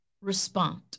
respond